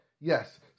Yes